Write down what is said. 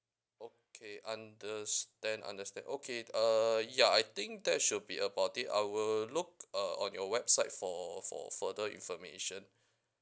okay understand understand okay the uh ya I think that should be about it I will look uh on your website for for further information